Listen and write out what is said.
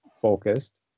focused